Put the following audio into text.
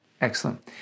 Excellent